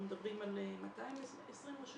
אנחנו מדברים על 240 רשויות